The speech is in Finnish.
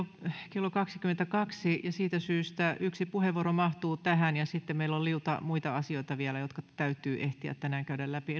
kello kaksikymmentäkaksi ja siitä syystä yksi puheenvuoro mahtuu tähän sitten meillä on vielä liuta muita asioita jotka täytyy ehtiä tänään käydä läpi